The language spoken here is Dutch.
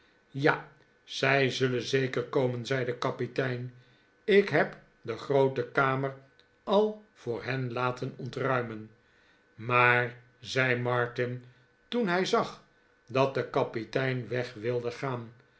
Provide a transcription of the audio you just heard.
ja zij zullen zeker komen zei de kapitein ik heb de groote kamer al voor hen laten ontruimen maar zei martin toen hij zag dat de kapitein weg wilde gaan